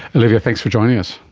olivia, thanks for joining us.